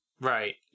Right